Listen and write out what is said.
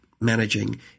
managing